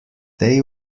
they